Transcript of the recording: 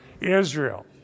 Israel